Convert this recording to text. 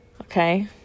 okay